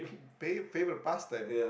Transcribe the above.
fave favorite past time